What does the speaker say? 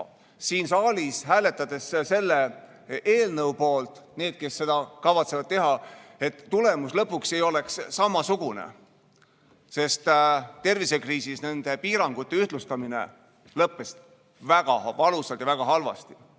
siin saalis hääletades selle eelnõu poolt – need, kes seda kavatsevad teha –, ei ole tulemus lõpuks samasugune. Sest tervisekriisis nende piirangute ühtlustamine lõppes väga valusalt ja väga halvasti.